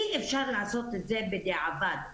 אי אפשר לעשות את זה בדיעבד.